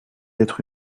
être